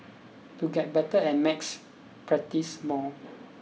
to get better at maths practise more